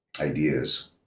ideas